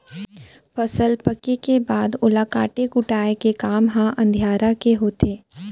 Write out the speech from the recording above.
फसल पके के बाद ओला काटे कुटाय के काम ह अधियारा के होथे